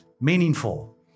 meaningful